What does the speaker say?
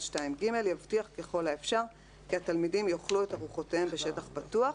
(2ג) יבטיח ככל האפשר כי התלמידים יאכלו את ארוחותיהם בשטח פתוח,